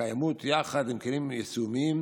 קיימות יחד עם כלים יישומיים